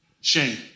Shame